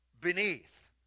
beneath